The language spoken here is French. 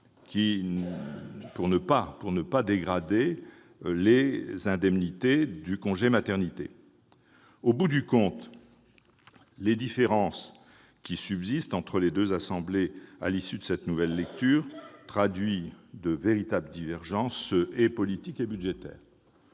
pour ne pas dégrader les indemnités du congé maternité. Au bout du compte, les différences qui subsistent entre les deux assemblées à l'issue de cette nouvelle lecture traduisent de véritables divergences, politiques et budgétaires.